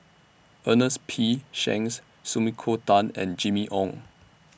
Ernest P Shanks Sumiko Tan and Jimmy Ong